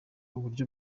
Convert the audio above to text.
uburyo